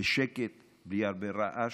בשקט, בלי הרבה רעש.